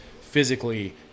physically